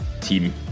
team